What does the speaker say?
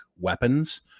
weapons